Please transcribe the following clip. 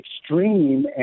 extreme